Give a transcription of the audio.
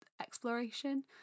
exploration